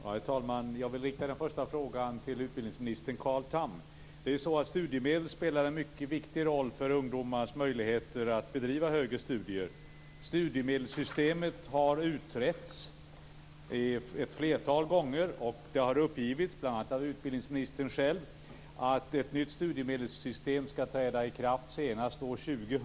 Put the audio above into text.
Herr talman! Jag vill rikta den första frågan till utbildningsminister Carl Tham. Studiemedlen spelar en mycket viktig roll för ungdomars möjligheter att bedriva högre studier. Studiemedelssystemet har utretts ett flertal gånger, och det har uppgivits, bl.a. av utbildningsministern själv, att ett nytt studiemedelssystem skall träda i kraft senast år 2000.